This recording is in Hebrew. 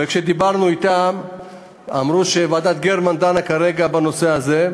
וכשדיברנו אתם אמרו שוועדת גרמן דנה כרגע בנושא הזה,